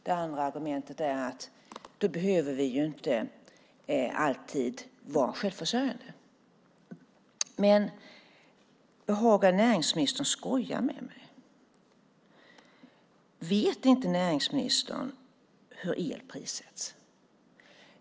Det andra argumentet är att då behöver vi inte alltid vara självförsörjande. Behagar näringsministern skoja med mig? Vet inte näringsministern hur el prissätts?